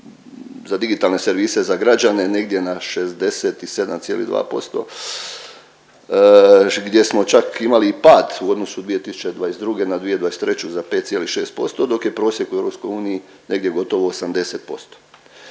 za digitalne servise, za građane negdje na 67,2% gdje smo čak imali i pad u odnosu 2022. na 2023. za 5,6% dok je prosjek u EU negdje gotovo 80%,